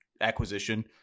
acquisition